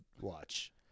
watch